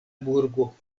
burgo